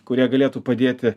kurie galėtų padėti